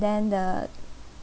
then the